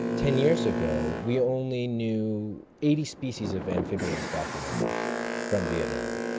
ten years ago we only knew eighty species of amphibians documented from vietnam,